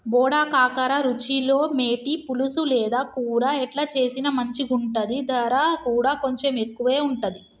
బోడ కాకర రుచిలో మేటి, పులుసు లేదా కూర ఎట్లా చేసిన మంచిగుంటది, దర కూడా కొంచెం ఎక్కువే ఉంటది